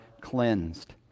cleansed